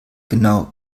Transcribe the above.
genau